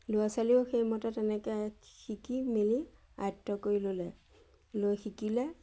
ল'ৰা ছোৱালীয়েও সেইমতে তেনেকৈ শিকি মেলি আয়ত্ত্ব কৰি ল'লে লৈ শিকিলে